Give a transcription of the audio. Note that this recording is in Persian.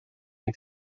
این